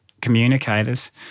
communicators